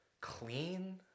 Clean